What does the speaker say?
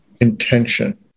intention